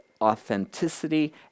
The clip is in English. authenticity